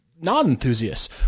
non-enthusiasts